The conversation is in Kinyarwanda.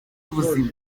ubuzima